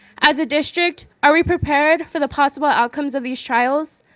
as a district, are we prepared for the possible outcomes of these trials.